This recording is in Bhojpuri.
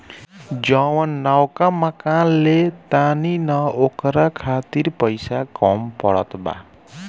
जवन नवका मकान ले तानी न ओकरा खातिर पइसा कम पड़त बा